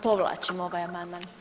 Povlačimo ovaj amandman.